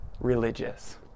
religious